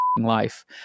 life